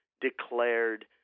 declared